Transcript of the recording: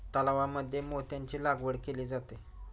तलावांमध्ये मोत्यांची लागवड केली जाते